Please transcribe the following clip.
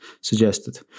suggested